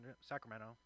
Sacramento